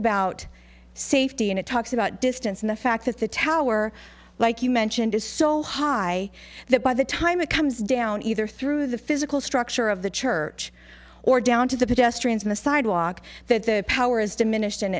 about safety and it talks about distance and the fact that the tower like you mentioned is so high that by the time it comes down either through the physical structure of the church or down to the pedestrians on the sidewalk that the power is diminished